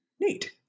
Neat